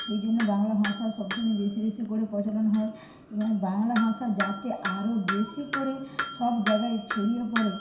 সেই জন্য বাংলা ভাষা সবসময় বেশি বেশি করে প্রচলন হয় এবং বাংলা ভাষা যাতে আরও বেশি করে সব জায়গায় ছড়িয়ে পড়ে